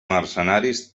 mercenaris